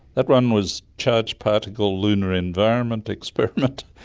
that one was charged particle lunar environment experiment,